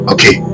Okay